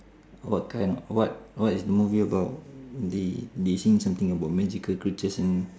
what kind what what is the movie about they they saying something about magical creatures and